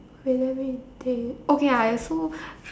wait let me think okay ah so